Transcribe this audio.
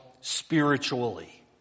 spiritually